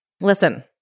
Listen